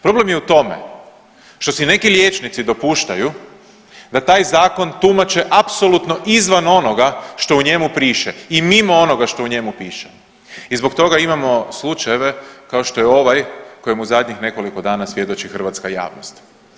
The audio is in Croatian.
Problem je u tome što si neki liječnici dopuštaju da taj zakon tumače apsolutno izvan onoga što u njemu priše i mimo onoga što u njemu piše i zbog toga imamo slučajeve kao što je ovaj kojemu zadnjih nekoliko dana svjedoči hrvatska javnost.